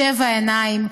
בשבע עיניים,